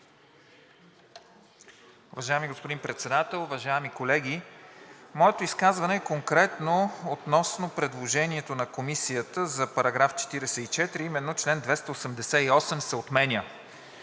Уважаеми господин Председател, уважаеми колеги! Моето изказване е конкретно относно предложението на Комисията за § 44, а именно чл. 288 се отменя.